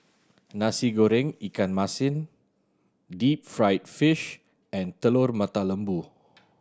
Nasi Goreng ikan masin deep fried fish and Telur Mata Lembu